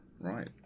Right